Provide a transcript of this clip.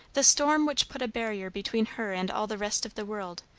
the storm which put a barrier between her and all the rest of the world,